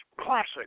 classic